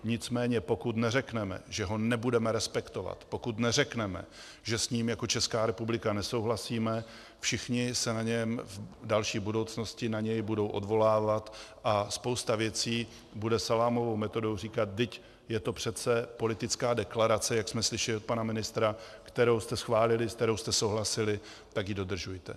Nicméně pokud neřekneme, že ho nebudeme respektovat, pokud neřekneme, že s ním jako Česká republika nesouhlasíme, všichni se na něj v další budoucnosti budou odvolávat a spousta věcí bude salámovou metodou říkat: vždyť je to přece politická deklarace jak jsme slyšeli od pana ministra kterou jste schválili, s kterou jste souhlasili, tak ji dodržujte.